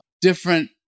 different